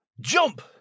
Jump